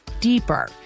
deeper